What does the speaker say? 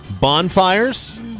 Bonfires